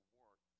work